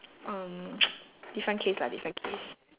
um different case lah different case